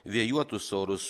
vėjuotus orus